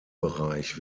bereich